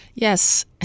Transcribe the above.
Yes